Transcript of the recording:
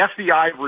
FBI